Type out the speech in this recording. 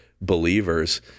believers